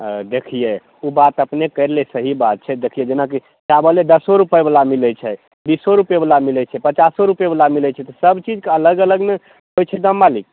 देखियै ओ बात अपने कहि रहलियै सही बात छै देखियै जेनाकि चावले दशो रुपए बाला मिलै छै बिसो रुपए बाला मिलै छै पचासो रुपए बाला मिलै छै तऽ सब चीजके अलग अलग ने होइ छै दाम मालिक